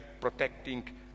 protecting